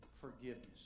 Forgiveness